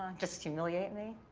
just humiliate me?